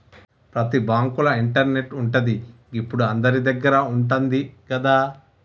ప్రతి బాంకుల ఇంటర్నెటు ఉంటది, గిప్పుడు అందరిదగ్గర ఉంటంది గదా